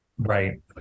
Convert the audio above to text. Right